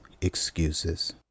excuses